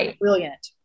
brilliant